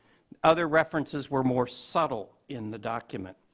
other references were more subtle in the document.